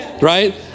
right